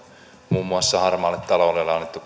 muun muassa harmaalle taloudelle annettu